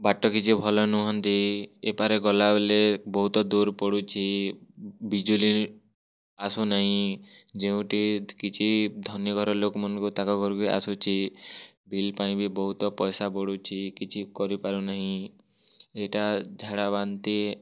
ବାଟ କିଛି ଭଲ ନୁହଁନ୍ତି ଏପାରେ ଗଲାବେଲେ ବହୁତ ଦୂର୍ ପଡୁଚି ବିଜୁଲି ଆସୁନାଇଁ ଯେଉଁଟି କିଛି ଧନୀ ଘର ଲୋକମାନକୁ ତାଙ୍କ ଘରକୁ ଆସୁଛି ବିଲ୍ ପାଇଁ ବି ବହୁତ ପଇସା ବଢ଼ୁଛି କିଛି କରିପାରୁନାହିଁ ଏଇଟା ଝାଡ଼ା ବାନ୍ତି